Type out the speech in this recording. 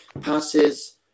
Passes